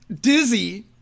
Dizzy